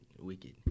Wicked